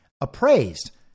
appraised